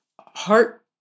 heart